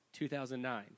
2009